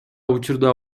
учурда